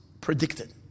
predicted